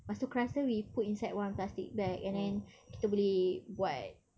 lepas tu crust dia we put inside one of the plastic and then kita boleh buat